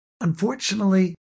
unfortunately